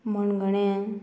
मणगणे